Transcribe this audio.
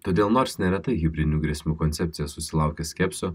todėl nors neretai hibridinių grėsmių koncepcija susilaukė skepsio